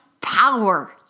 power